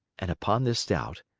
and upon this doubt,